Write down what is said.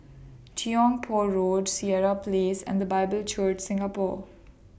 Tiong Poh Road Sireh Place and The Bible Church Singapore